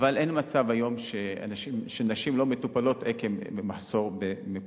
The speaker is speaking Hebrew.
אבל אין מצב היום שנשים לא מטופלות עקב מחסור במקומות.